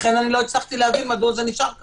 לכן אני לא הצלחתי להבין מדוע זה נשאר כך.